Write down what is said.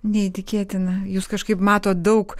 neįtikėtina jūs kažkaip matot daug